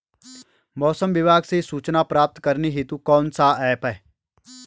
मौसम विभाग से सूचना प्राप्त करने हेतु कौन सा ऐप है?